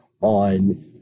on